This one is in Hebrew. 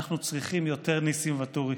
אנחנו צריכים יותר ניסים ואטורי.